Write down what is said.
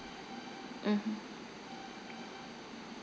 mmhmm